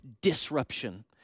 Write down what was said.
disruption